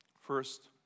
First